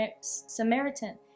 Samaritan